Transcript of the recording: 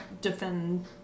defend